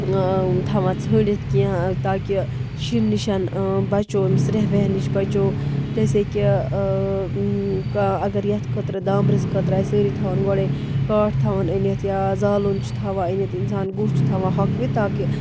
تھاوان ژھٲنٛڈِتھ کیٚنٛہہ تاکہِ شیٖنہٕ نِش بَچو اَمہِ سرٛیٚح ویٚح نِش بَچو جیسے کہِ کانٛہہ اَگر یَتھ خٲطرٕ دامرِس خٲطرٕ آسہِ سٲری تھاوان گۄڈَے کاٹھ تھاوان أنِتھ یا زالُن چھِ تھاوان أنِتھ اِنسان گُہہ تھاوان ہۄکوِتھ تاکہِ